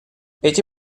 эти